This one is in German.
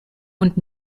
und